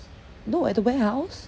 no at the warehouse